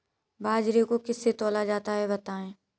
बाजरे को किससे तौला जाता है बताएँ?